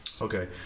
Okay